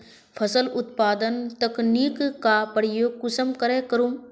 फसल उत्पादन तकनीक का प्रयोग कुंसम करे करूम?